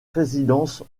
présidence